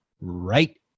right